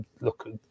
look